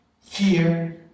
fear